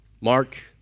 Mark